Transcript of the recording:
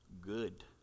good